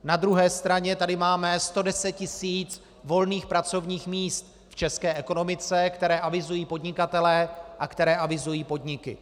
Na druhé straně tady máme 110 tis. volných pracovních míst v české ekonomice, která avizují podnikatelé a která avizují podniky.